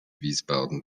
wiesbaden